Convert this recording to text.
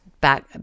back